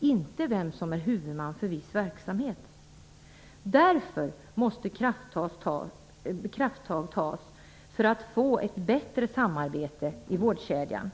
inte vem som är huvudman för viss verksamhet. Därför måste krafttag tas för att få ett bättre samarbete i vårdkedjan.